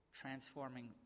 transforming